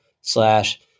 slash